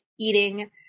eating